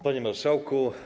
Panie Marszałku!